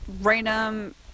random